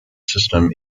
system